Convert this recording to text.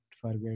forget